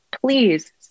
please